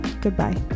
Goodbye